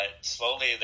slowly